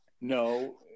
no